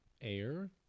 Air